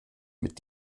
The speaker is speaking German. mit